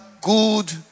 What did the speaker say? good